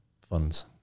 funds